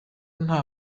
nta